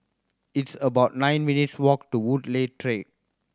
it's about nine minutes' walk to Woodleigh Track